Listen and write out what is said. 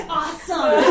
awesome